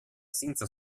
senza